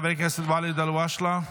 חבר הכנסת ואליד אלהואשלה,